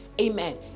amen